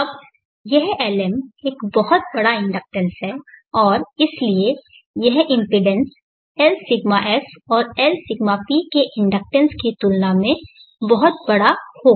अब यह Lm एक बहुत बड़ा इंडक्टेंस है और इसलिए यह इम्पीडेन्स Lσs और Lσp के इंडक्टेंस की तुलना में बहुत बड़ा होगा